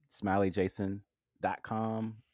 SmileyJason.com